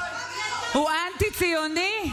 הוא אנטי-ציוני?